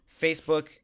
Facebook